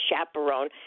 chaperone